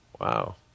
Wow